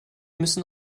müssen